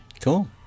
Cool